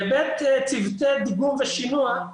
בהיבט צוותי דיגום ושינוע,